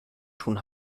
tun